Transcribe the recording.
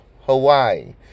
Hawaii